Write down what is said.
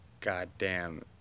goddamn